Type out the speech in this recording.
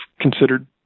considered